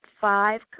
five